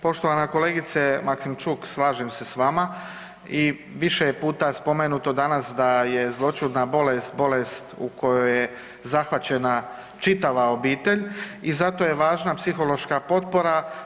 Poštovana kolegice Maksimčuk, slažem se s vama i više je puta spomenuto danas da je zloćudna bolest, bolest u kojoj je zahvaćena čitava obitelj i zato je važna psihološka potpora.